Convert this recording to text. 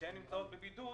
וכשהן נמצאות בבידוד,